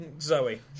Zoe